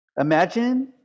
Imagine